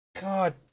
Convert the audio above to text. god